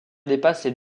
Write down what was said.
dépassent